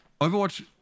Overwatch